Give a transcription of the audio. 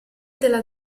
della